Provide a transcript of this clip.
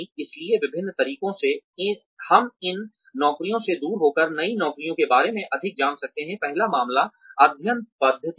इसलिए विभिन्न तरीकों से हम इन नौकरियों से दूर होकर नई नौकरियों के बारे में अधिक जान सकते हैं पहला मामला अध्ययन पद्धति है